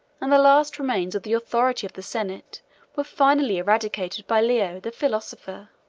and the last remains of the authority of the senate were finally eradicated by leo the philosopher.